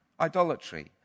idolatry